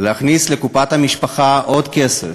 להכניס לקופת המשפחה עוד כסף,